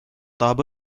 tahab